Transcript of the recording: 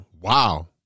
wow